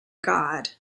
god